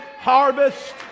harvest